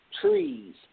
trees